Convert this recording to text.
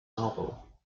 novel